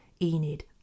Enid